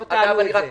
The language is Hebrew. איפה תעלו את זה?